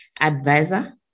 advisor